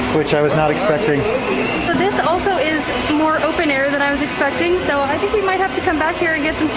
which i was not expecting. so this also is more open air that i was expecting. so and i think we might have to come back here and get some